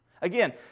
Again